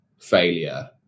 failure